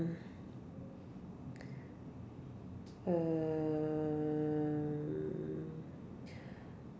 err